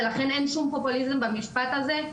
ולכן אין שום פופוליזם במשפט הזה.